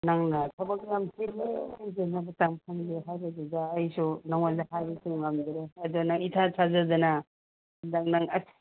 ꯅꯪꯅ ꯊꯕꯛ ꯌꯥꯝ ꯆꯤꯜꯂꯦ ꯌꯦꯡꯕ ꯃꯇꯝ ꯁꯪꯗꯦ ꯍꯥꯏꯕꯗꯨꯗ ꯑꯩꯁꯨ ꯅꯉꯣꯅꯗ ꯍꯥꯏꯕꯁꯨ ꯉꯃꯗꯔꯦ ꯑꯗꯣ ꯅꯪ ꯏꯊꯥ ꯊꯥꯖꯗꯅ ꯍꯟꯗꯛ ꯅꯪ ꯑꯁ